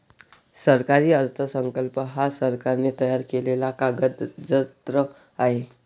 सरकारी अर्थसंकल्प हा सरकारने तयार केलेला कागदजत्र आहे